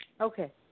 Okay